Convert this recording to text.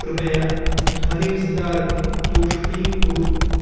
कृपया ध्वनिविस्तारकं तूष्णीं कुरु